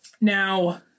Now